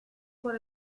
por